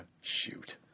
shoot